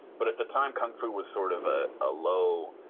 but at the time kung fu was sort of a ah low,